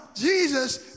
Jesus